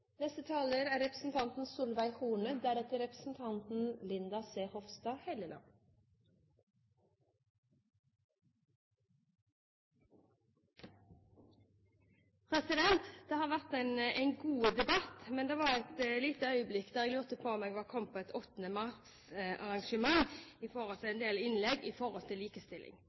Det har vært en god debatt, men det var et lite øyeblikk der jeg lurte på om jeg var kommet på et 8. mars-arrangement når det gjaldt en del innlegg om likestilling. La meg slå det helt klart fast: Fremskrittspartiet ønsker også likestilling. Men i motsetning til